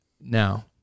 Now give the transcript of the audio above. now